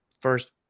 first